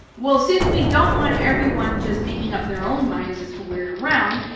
well since we don't want everyone just making up their own minds as to where to round,